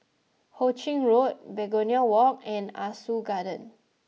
Ho Ching Road Begonia Walk and Ah Soo Garden